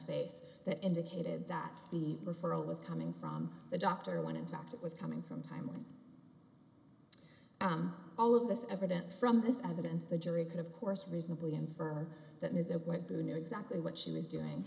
face that indicated that the referral was coming from the doctor when in fact it was coming from timely all of this is evident from this evidence the jury could of course reasonably infer that ms it went through knew exactly what she was doing